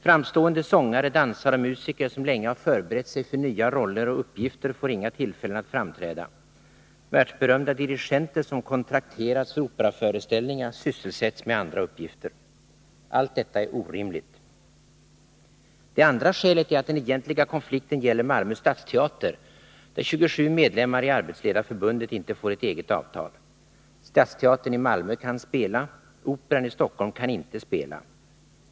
Framstående sångare, dansare och musiker, som länge har förberett sig för nya roller och uppgifter, får inga tillfällen att framträda. Världsberömda dirigenter, som kontrakterats för operaföreställningar, sysselsätts med andra uppgifter. Allt detta är orimligt. Det andra skälet är att den egentliga konflikten gäller Malmö stadsteater, där 27 medlemmar i Arbetsledareförbundet inte får ett eget avtal. Stadsteatern i Malmö kan spela, Operan i Stockholm kan inte spela.